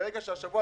הוא כבר מוכן.